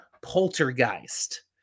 Poltergeist